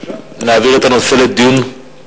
אני מציע להעביר את זה לדיון בוועדה.